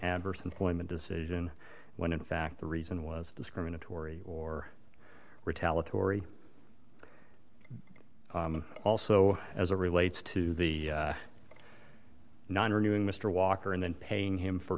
adverse employment decision when in fact the reason was discriminatory or retaliatory also as a relates to the non renewing mr walker and then paying him for